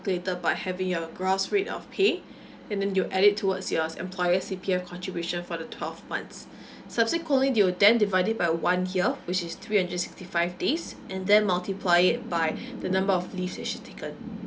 by having your gross rate of pay and then you add it towards your employer's C_P_F contribution for the twelve months subsequently they will then divide it by one year which is three hundred sixty five days and then multiply it by the number of leaves that she's taken